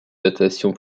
datation